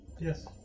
yes